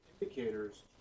indicators